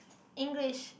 English